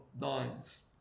Nine's